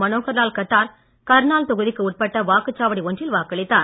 மனோகர்லால் கட்டார் கர்னால் தொகுதிக்குட்பட்ட வாக்குச் சாவடி ஒன்றில் வாக்களித்தார்